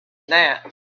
that